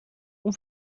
اون